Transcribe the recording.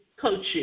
coaching